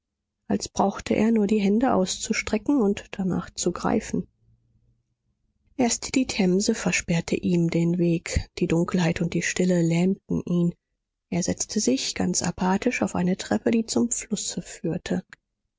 als brauchte er nur die hände auszustrecken und danach zu greifen erst die themse versperrte ihm den weg die dunkelheit und die stille lähmten ihn er setzte sich ganz apathisch auf eine treppe die zum flusse führte